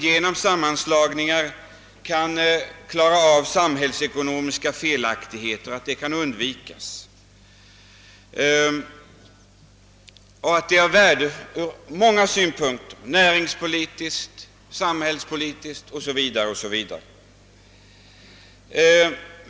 Genom sammanslagningar skapas möjligheter att rätta till samhällsekonomiska felaktigheter, och de är av värde även ur många andra synpunkter — näringspolitiska, samhällsekonomiska etc.